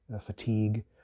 fatigue